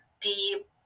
deep